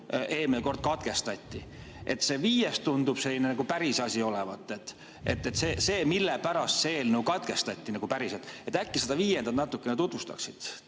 eelmine kord katkestati. See viies tundub selline päris asi olevat, see, mille pärast see eelnõu katkestati päriselt. Äkki sa seda viiendat natukene tutvustaksid